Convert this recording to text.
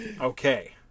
okay